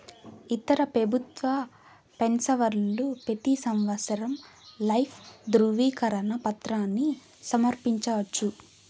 ఇతర పెబుత్వ పెన్సవర్లు పెతీ సంవత్సరం లైఫ్ దృవీకరన పత్రాని సమర్పించవచ్చు